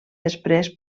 després